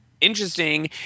interesting